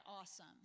awesome